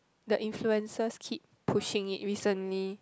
the influencers keep pushing it recently